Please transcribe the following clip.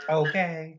okay